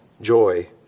joy